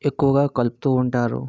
ఎక్కువుగా కలుపుతూ ఉంటారు